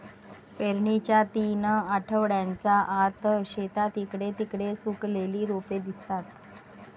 पेरणीच्या तीन आठवड्यांच्या आत, शेतात इकडे तिकडे सुकलेली रोपे दिसतात